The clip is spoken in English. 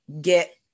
get